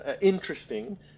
interesting